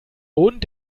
und